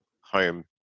home